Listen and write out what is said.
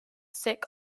sick